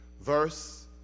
verse